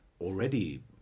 already